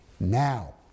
now